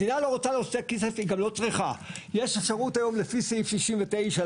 יש אפשרות היום לפי סעיף 69,